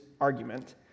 argument